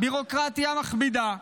ביורוקרטיה מכבידה,